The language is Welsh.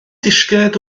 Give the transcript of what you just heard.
disgled